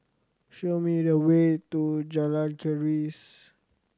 show me the way to Jalan Keris